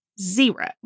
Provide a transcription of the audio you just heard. zero